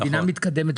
מדינה מתקדמת,